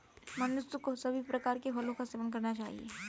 मनुष्य को सभी प्रकार के फलों का सेवन करना चाहिए